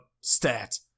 stat